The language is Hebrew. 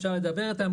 אפשר לדבר איתם,